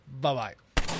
Bye-bye